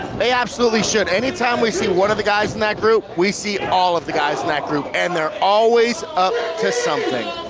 they absolutely should. anytime we see one of the guys in that group, we see all of the guys in that group and they're always up to something.